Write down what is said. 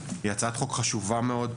היא הצעת חוק חשובה מאוד.